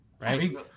right